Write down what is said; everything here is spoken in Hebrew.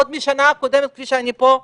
עוד מהשנה הקודמת שאני פה,